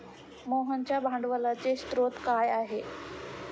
मोहनच्या भांडवलाचे स्रोत काय आहे?